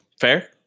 Fair